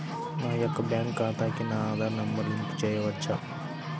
నా యొక్క బ్యాంక్ ఖాతాకి నా ఆధార్ నంబర్ లింక్ చేయవచ్చా?